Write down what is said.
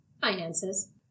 finances